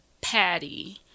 Patty